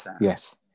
Yes